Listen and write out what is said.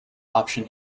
option